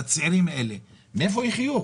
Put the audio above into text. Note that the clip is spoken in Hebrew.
לצעירים האלה, מאיפה יחיו?